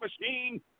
machine